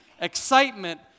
excitement